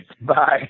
Bye